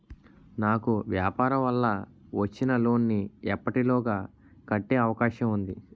నాకు వ్యాపార వల్ల వచ్చిన లోన్ నీ ఎప్పటిలోగా కట్టే అవకాశం ఉంది?